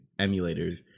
emulators